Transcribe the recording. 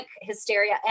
Hysteria